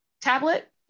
tablet